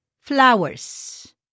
flowers